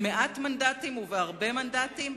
במעט מנדטים ובהרבה מנדטים.